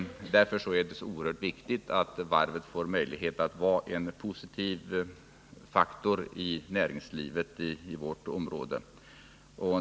Därför är det så oerhört viktigt att varven får möjlighet att vara en positiv faktor i näringslivet i detta område.